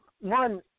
One